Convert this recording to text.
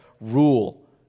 rule